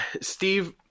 Steve